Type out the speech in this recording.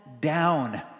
down